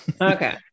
okay